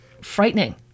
frightening